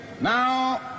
Now